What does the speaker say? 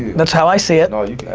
that's how i see it. no you